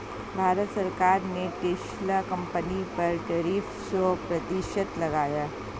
भारत सरकार ने Tesla company पर टैरिफ सो प्रतिशत लगाया